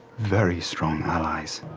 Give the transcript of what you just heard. very strong allies,